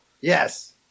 yes